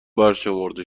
برشمرده